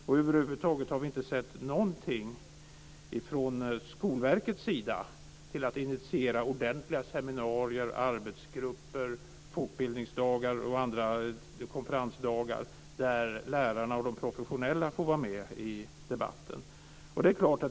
Och över huvud taget har vi inte sett att Skolverket har initierat några ordentliga seminarier, arbetsgrupper, fortbildningsdagar eller konferensdagar där lärarna och de professionella får vara med i debatten.